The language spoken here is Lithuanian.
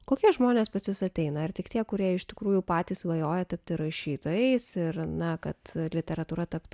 kokie žmonės pas jus ateina ar tik tie kurie iš tikrųjų patys svajoja tapti rašytojais ir na kad literatūra taptų